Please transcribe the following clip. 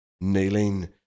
kneeling